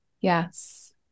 Yes